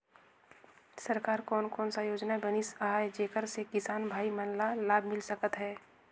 सरकार कोन कोन सा योजना बनिस आहाय जेकर से किसान भाई मन ला लाभ मिल सकथ हे?